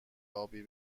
ابی